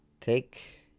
take